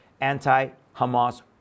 anti-Hamas